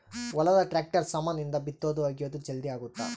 ಹೊಲದ ಟ್ರಾಕ್ಟರ್ ಸಾಮಾನ್ ಇಂದ ಬಿತ್ತೊದು ಅಗಿಯೋದು ಜಲ್ದೀ ಅಗುತ್ತ